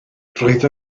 roedd